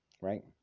Right